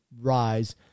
rise